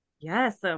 Yes